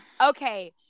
okay